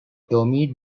tommy